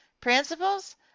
principles